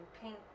pink